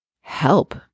help